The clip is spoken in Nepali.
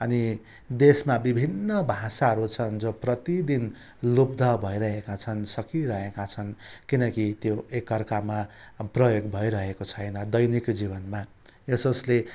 अनि देशमा विभिन्न भाषाहरू छन् जो प्रतिदिन लुप्त भइरहेका छन् सकिइरहेका छन् किनकि त्यो एकाअर्कामा प्रयोग भइरहेको छैन दैनिक जीवनमा यसोसले